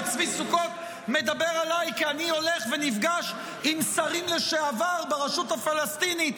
צבי סוכות מדבר עליי כי אני הולך ונפגש עם שרים לשעבר ברשות הפלסטינית,